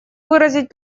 выразить